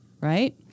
right